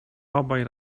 obaj